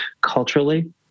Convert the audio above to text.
culturally